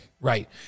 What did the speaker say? Right